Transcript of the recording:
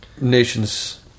nation's